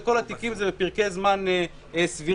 וכול התיקים הם בפרקי זמן סבירים.